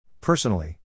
Personally